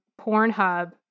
Pornhub